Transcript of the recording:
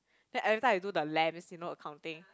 then every time I do the lams you know Accounting